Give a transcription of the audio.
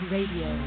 Radio